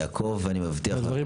אני אעקוב ואני מבטיח לעקוב,